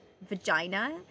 Vagina